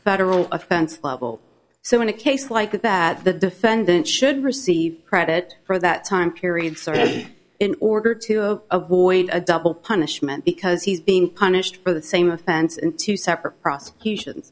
federal offense level so in a case like that the defendant should receive credit for that time period survey in order to avoid a double punishment because he's being punished for the same offense in two separate prosecution